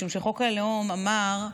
חוק הלאום אמר,